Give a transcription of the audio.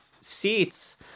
seats